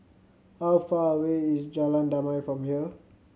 how far away is Jalan Damai from here